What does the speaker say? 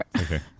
okay